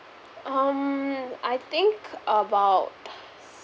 um I think about